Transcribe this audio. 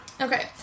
Okay